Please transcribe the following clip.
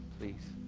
please.